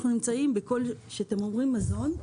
כשאתם אומרים "מזון",